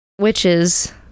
witches